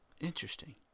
interesting